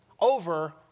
over